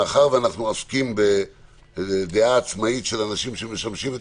מאחר ואנחנו עוסקים בדעה עצמאית של אנשים שמשמשים בתפקידם,